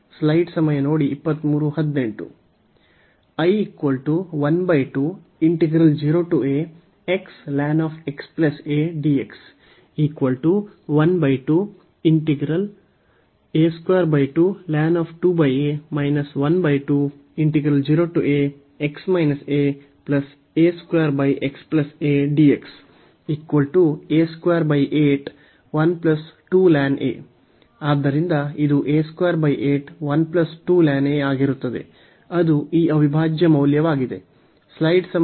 ಆದ್ದರಿಂದ ಇದು ಆಗಿರುತ್ತದೆ ಅದು ಈ ಅವಿಭಾಜ್ಯ ಮೌಲ್ಯವಾಗಿದೆ